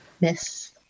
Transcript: Miss